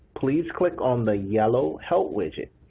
please click on the yellow help widget.